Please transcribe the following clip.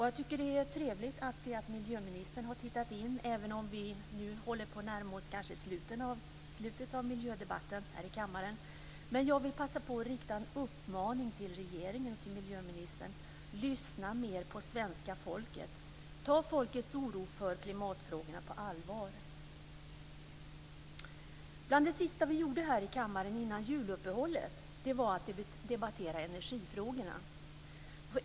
Jag tycker att det är trevligt att se att miljöministern har tittat in, även om vi nu kanske håller på att närma oss slutet av miljödebatten här i kammaren. Jag vill passa på att rikta en uppmaning till regeringen och miljöministern: Lyssna mer på svenska folket! Ta folkets oro när det gäller klimatfrågorna på allvar! Bland det sista vi gjorde här i kammaren före juluppehållet var att debattera energifrågorna.